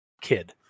kid